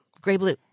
Gray-blue